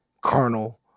carnal